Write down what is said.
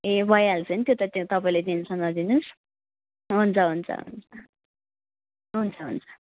ए भइहाल्छ नि त्यो त त्यो तपाईँले टेन्सन नलिनु होस् हुन्छ हुन्छ हुन्छ हुन्छ हुन्छ